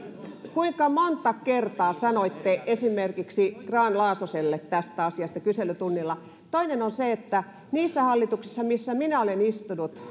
kuinka monta kertaa sanoitte esimerkiksi grahn laasoselle tästä asiasta kyselytunnilla toinen on se että niissä hallituksissa missä minä olen istunut